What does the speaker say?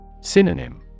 Synonym